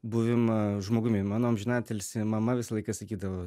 buvimą žmogumi mano amžinatilsį mama visą laiką sakydavo